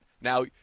Now